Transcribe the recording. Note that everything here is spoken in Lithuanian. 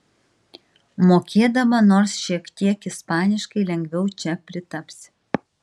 mokėdama nors šiek tiek ispaniškai lengviau čia pritapsi